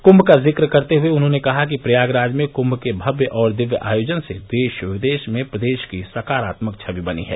कुंभ का ज़िक्र करते हुए उन्होंने कहा कि प्रयागराज में कुंम के भव्य और दिव्य आयोजन से देश विदेश में प्रदेश की सकारात्मक छवि बनी है